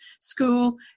school